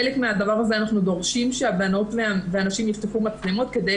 כחלק מן הדבר הזה אנחנו דורשים שהנשים יפתחו מצלמות כדי